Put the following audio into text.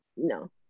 No